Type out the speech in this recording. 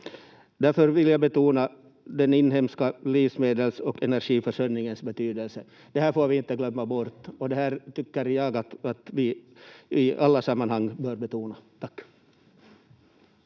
Därför vill jag betona den inhemska livsmedels- och energiförsörjningens betydelse. Det här får vi inte glömma bort, och det här tycker jag att vi i alla sammanhang bör betona. — Tack.